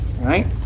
Right